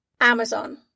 Amazon